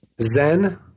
Zen